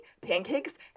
pancakes